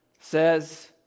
says